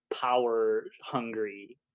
power-hungry